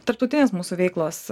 tarptautinės mūsų veiklos